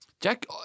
Jack